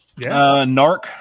NARC